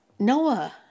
Noah